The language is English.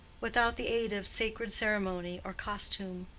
without the aid of sacred ceremony or costume,